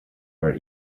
our